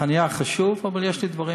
חניה חשובה, אבל יש לי דברים